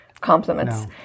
compliments